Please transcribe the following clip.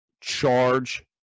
Charge